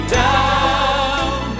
down